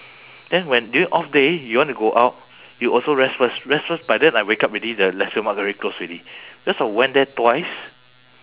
then when during off day you want to go out you also rest first rest first by then I wake up already the nasi lemak already close already cause I went there twice